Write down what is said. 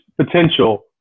potential